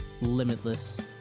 limitless